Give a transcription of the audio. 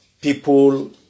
people